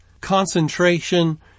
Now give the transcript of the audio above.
concentration